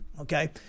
okay